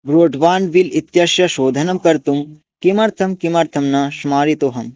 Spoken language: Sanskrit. ब्रोड्बाण्ड् बिल् इत्यस्य शोधनं कर्तुं किमर्थं किमर्थं न स्मारितोहम्